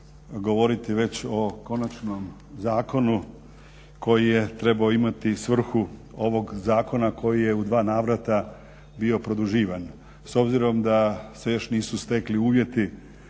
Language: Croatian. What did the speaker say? govoriti već o konačnom zakonu koji je trebao imati svrhu ovog zakona koji je u dva navrata bio produživan. S obzirom da se još nisu stekli uvjeti